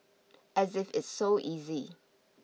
as if it's so easy